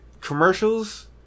commercials